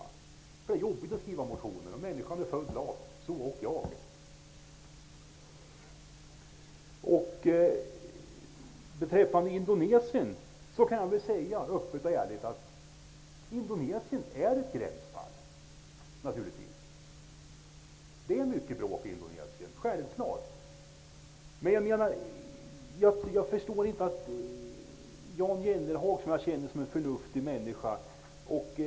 Det är jobbigt att skriva motioner, och människan är född lat, så ock jag. Jag kan säga öppet och ärligt att Indonesien är ett gränsfall. Det är mycket bråk i Indonesien. Jag känner Jan Jennehag som en förnuftig människa.